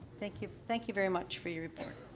thank you. thank you very much for your report.